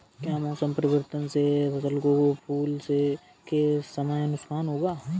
क्या मौसम परिवर्तन से फसल को फूल के समय नुकसान होगा?